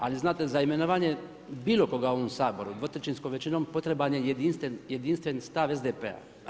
Ali znate za imenovanje bilo koga u ovom Saboru dvotrećinskom većinom potreban je jedinstven stav SDP-a.